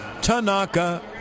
Tanaka